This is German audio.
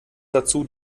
dazu